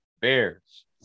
Bears